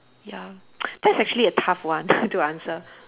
ya that's actually a tough one to answer